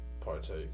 partake